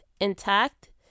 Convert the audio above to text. intact